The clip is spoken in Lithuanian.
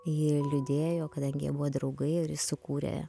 ji liūdėjo kadangi jie buvo draugai ir jis sukūrė